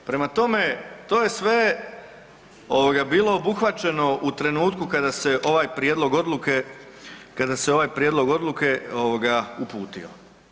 Prema tome to je sve ovoga bilo obuhvaćeno u trenutku kada se ovaj prijedlog odluke, kada se ovaj prijedlog odluke ovoga uputio.